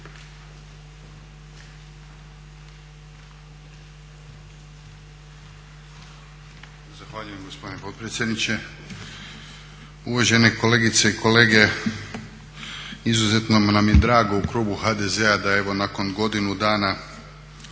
Zahvaljujem gospodine potpredsjedniče. Uvažene kolegice i kolege, izuzetno nam je drago u klubu HDZ-a da evo nakon godinu dana